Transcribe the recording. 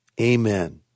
Amen